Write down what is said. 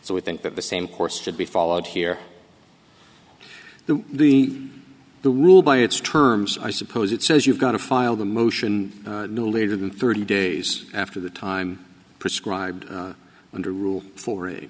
so we think that the same course should be followed here the the the rule by its terms i suppose it says you've got to file the motion no later than thirty days after the time prescribed under rule for